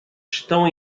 estão